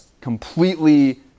completely